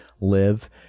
live